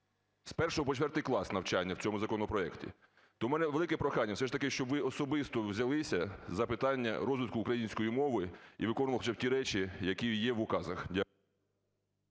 з 1-го по 4-й клас навчання в цьому законопроекті. Тому у мене велике прохання все ж таки, щоб ви особисто взялися за питання розвитку української мови і виконували хоча б ті речі, які є в указах. Дякую.